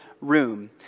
room